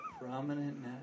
Prominent